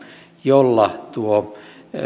joilla